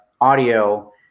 audio